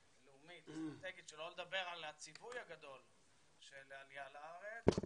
שלא לדבר על הציווי הגדול של עלייה לארץ,